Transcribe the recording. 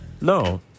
No